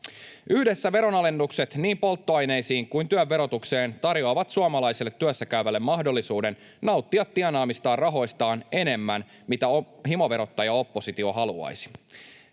Yhdessä veronalennukset niin polttoaineisiin kuin työn verotukseen tarjoavat suomalaiselle työssäkäyvälle mahdollisuuden nauttia tienaamistaan rahoistaan enemmän kuin mitä himoverottajaoppositio haluaisi.